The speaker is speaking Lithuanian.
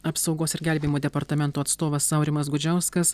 apsaugos ir gelbėjimo departamento atstovas aurimas gudžiauskas